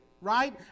right